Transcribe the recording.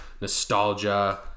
nostalgia